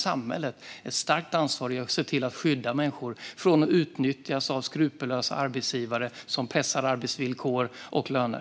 Samhället har ett starkt ansvar i att se till att skydda människor från att utnyttjas av skrupelfria arbetsgivare som pressar arbetsvillkor och löner.